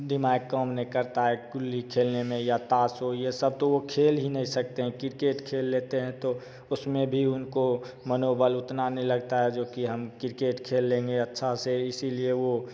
दिमाग काम नहीं करता है गुल्ली खेलने में या ताश हो ये सब तो वो खेल ही नहीं सकते हैं क्रिकेट खेल लेते हैं तो उसमें भी उनको मनोबल उतना नहीं लगता है जो कि हम किरकेट खेलेंगे अच्छा से इसीलिए वो